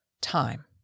time